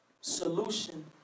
solution